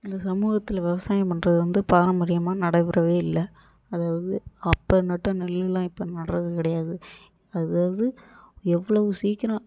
இந்த சமூகத்தில் விவசாயம் பண்ணுறது வந்து பாரம்பரியமாக நடைபெறவே இல்லை அதாவது அப்போ நட்ட நெல்லெல்லாம் இப்போ நடுறது கிடையாது அதாவது எவ்வளவு சீக்கிரம்